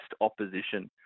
opposition